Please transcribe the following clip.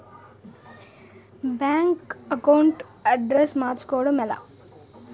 Bank account address మార్చుకోవడం ఎలా?